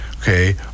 Okay